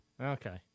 okay